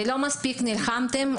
לא מספיק נלחמתם.